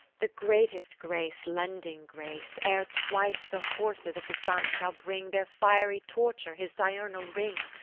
the greatest grace lending grace. ere twice the horses of the sun shall bring their fiery torcher his diurnal ring,